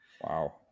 Wow